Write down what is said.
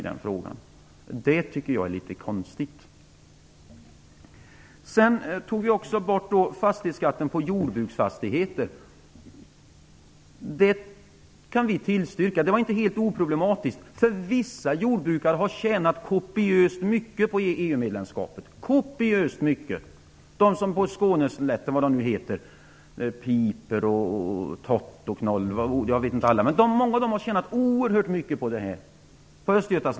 Det tycker jag är litet konstigt. Sedan tog vi bort skatten på jordbruksfastigheter. Det kunde vi tillstyrka, men det var inte helt oproblematiskt. Vissa jordbrukare har tjänat kopiöst mycket på EU-medlemskapet - t.ex. de på Skåneslätten, vad de nu heter, Piper och Tott och Knoll, jag vet inte alla. Många av dem har tjänat oerhört mycket på detta.